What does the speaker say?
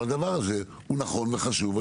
אבל הדבר הזה הוא נכון וחשוב.